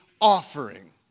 offering